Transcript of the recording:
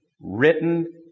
written